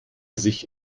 sich